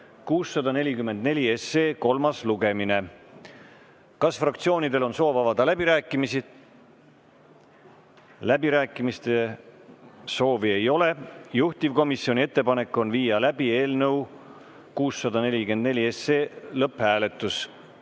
644 kolmas lugemine. Kas fraktsioonidel on soov avada läbirääkimised? Läbirääkimiste soovi ei ole. Juhtivkomisjoni ettepanek on viia läbi eelnõu 644 lõpphääletus.